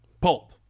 Pulp